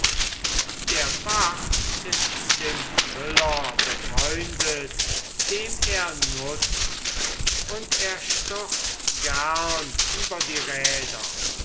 der bach ist dem müller befreundet dem er nutzt und er stürzt gern über die räder